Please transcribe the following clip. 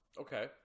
Okay